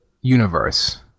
universe